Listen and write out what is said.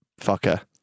fucker